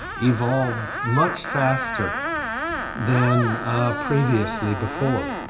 evolve much faster then previously before.